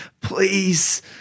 Please